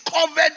covered